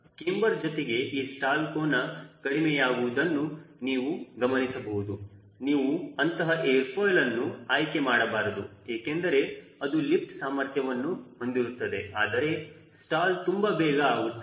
camber ಜೊತೆಗೆ ಈ stall ಕೋನ ಕಡಿಮೆಯಾಗುವುದನ್ನು ನೀವು ಗಮನಿಸಬಹುದು ನೀವು ಅಂತಹ ಏರ್ ಫಾಯಿಲ್ ಅನ್ನು ಆಯ್ಕೆ ಮಾಡಬಾರದು ಏಕೆಂದರೆ ಅದು ಲಿಫ್ಟ್ ಸಾಮರ್ಥ್ಯವನ್ನು ಹೊಂದಿರುತ್ತದೆ ಆದರೆ ಸ್ಟಾಲ್ ತುಂಬಾ ಬೇಗ ಆಗುತ್ತದೆ